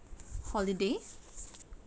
holiday